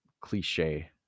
cliche